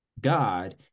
God